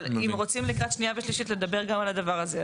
אבל אם רוצים לקראת קריאה שנייה ושלישית לדבר גם על הדבר הזה,